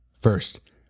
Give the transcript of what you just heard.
First